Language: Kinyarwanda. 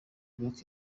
banki